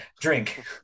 drink